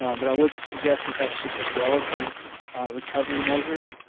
um but i would suggest that that's just a relative recovery measure.